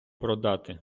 продати